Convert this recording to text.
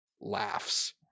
laughs